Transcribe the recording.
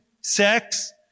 sex